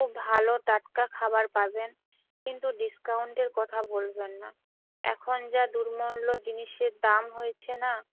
খুব ভালো টাটকা খাবার পাবেন কিন্তু ডিসকাউন্টের কথা বলবেন না এখন যা দুর্মূল্য জিনিসের দাম হয়েছে না